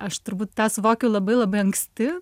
aš turbūt tą suvokiau labai labai anksti